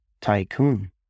tycoon